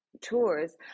Tours